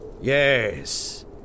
Yes